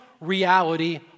reality